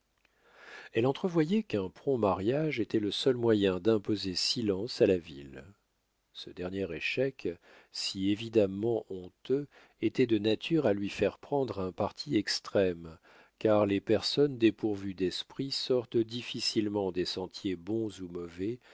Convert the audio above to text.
elle entrevoyait qu'un prompt mariage était le seul moyen d'imposer silence à la ville ce dernier échec si évidemment honteux était de nature à lui faire prendre un parti extrême car les personnes dépourvues d'esprit sortent difficilement des sentiers bons ou mauvais